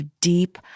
deep